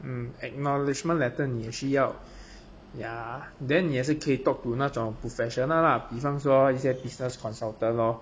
嗯 acknowledgement letter 你也需要 ya then 你也是可以 talk to 那种 professional lah 比方说一些 business consultant lor